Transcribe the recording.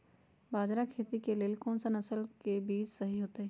बाजरा खेती के लेल कोन सा नसल के बीज सही होतइ?